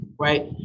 Right